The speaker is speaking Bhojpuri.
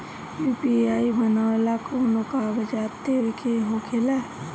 यू.पी.आई बनावेला कौनो कागजात देवे के होखेला का?